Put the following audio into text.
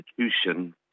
institution